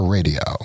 Radio